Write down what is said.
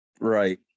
Right